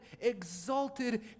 exalted